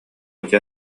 дьэ